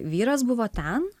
vyras buvo ten